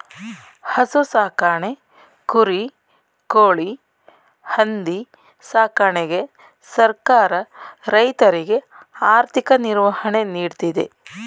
ಹಸು ಸಾಕಣೆ, ಕುರಿ, ಕೋಳಿ, ಹಂದಿ ಸಾಕಣೆಗೆ ಸರ್ಕಾರ ರೈತರಿಗೆ ಆರ್ಥಿಕ ನಿರ್ವಹಣೆ ನೀಡ್ತಿದೆ